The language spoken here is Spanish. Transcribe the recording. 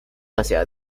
asia